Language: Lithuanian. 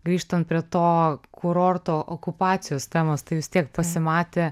grįžtant prie to kurorto okupacijos temos tai vis tiek pasimatė